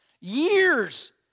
years